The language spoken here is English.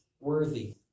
worthy